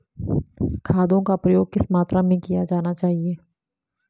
खादों का प्रयोग किस मात्रा में किया जाना चाहिए?